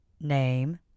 Name